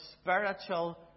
spiritual